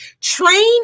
train